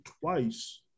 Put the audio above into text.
twice